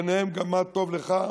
ובהם גם מה טוב לך,